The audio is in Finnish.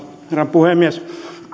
puhemies